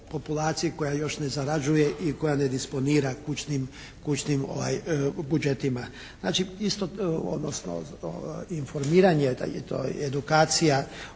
populaciji koja još ne zarađuje i koja ne disponira kućnim budžetima. Znači isto, odnosno informiranje da je